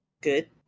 Good